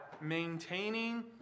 maintaining